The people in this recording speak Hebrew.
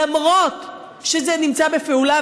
למרות שזה נמצא בפעולה,